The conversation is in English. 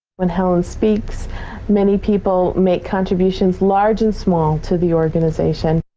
when helen speaks many people make contributions large and small to the organization.